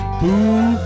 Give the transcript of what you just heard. boo